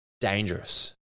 dangerous